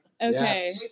Okay